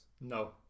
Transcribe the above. No